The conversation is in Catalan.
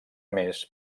mes